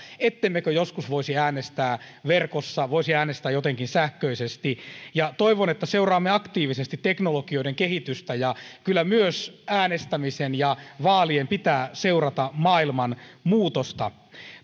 ettemmekö joskus voisi äänestää verkossa voisi äänestää jotenkin sähköisesti toivon että seuraamme aktiivisesti teknologioiden kehitystä ja kyllä myös äänestämisen ja vaalien pitää seurata maailman muutosta